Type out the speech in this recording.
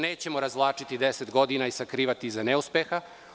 Nećemo se razvlačiti 10 godina i sakrivati iza neuspeha.